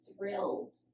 thrilled